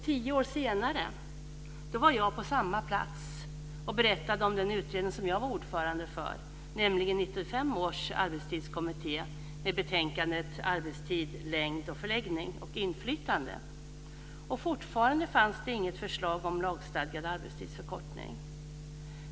Tio år senare var jag på samma plats och berättade om den utredning som jag var ordförande i, nämligen Arbetstid - längd, förläggning och inflytande, och fortfarande fanns det inget förslag om lagstadgad arbetstidsförkortning.